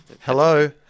Hello